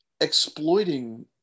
exploiting